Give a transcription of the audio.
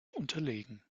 unterlegen